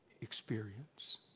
experience